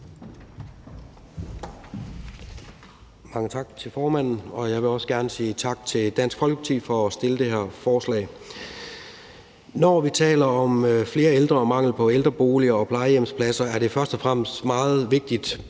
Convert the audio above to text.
Mange tak til formanden, og jeg vil også gerne sige tak til Dansk Folkeparti for at fremsætte det her forslag. Når vi taler om flere ældre og mangel på ældreboliger og plejehjemspladser, er det først og fremmest meget vigtigt,